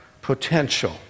potential